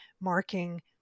marking